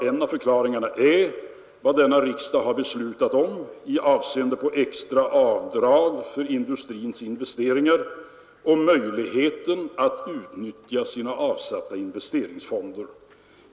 En förklaring tror jag är vad denna riksdag har beslutat om med avseende på extra avdrag för industrins investeringar och möjligheten att utnyttja sina avsatta investeringsfonder.